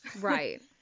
right